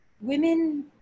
women